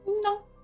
No